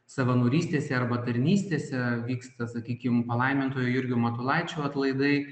savanorystėse arba tarnystėse vyksta sakykim palaimintojo jurgio matulaičio atlaidai